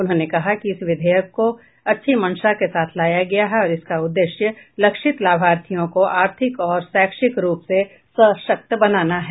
उन्होंने कहा कि इस विधेयक को अच्छी मंशा के साथ लाया गया है और इसका उद्देश्य लक्षित लाभार्थियों को आर्थिक और शैक्षिक रूप से सशक्त बनाना है